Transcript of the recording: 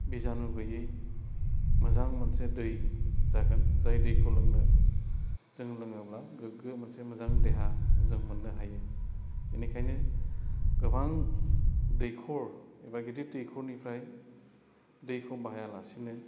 बिजानु गैयै मोजां मोनसे दै जागोन जाय दैखौ लोंनो जों लोङोब्ला गोग्गो मोनसे मोजां देहा जों मोननो हायो बेनिखायनो गोबां दैखर एबा गिदिर दैखरनिफ्राय दैखौ बाहाया लासिनो